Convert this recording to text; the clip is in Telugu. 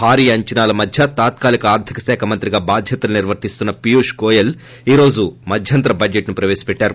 భారీ అంచనాల మధ్య తాత్కాలిక ఆర్లికశాఖ మంత్రిగా బాధ్యతలు నిర్వహిస్తున్న పీయూష్ గోయల్ ఈ రోజు మధ్యంతర బడ్జెట్ను ప్రవేశ్వపెట్టారు